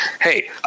Hey